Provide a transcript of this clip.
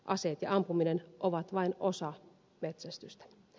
aseet ja ampuminen ovat vain osa metsästystä